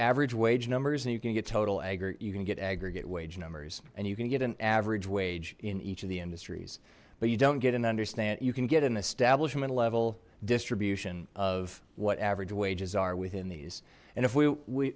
average wage numbers and you can get total agar you can get aggregate wage numbers and you can get an average wage in each of the industries but you don't get an understand you can get an establishment level distribution of what average wages are within these and if we